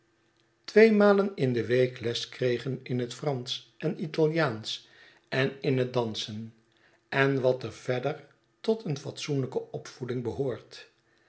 twee malen in de week les kregen in het fransch en italiaansch en in het dansen en wat er verder tot een fatsoenlijke opvoeding behoort